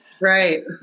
Right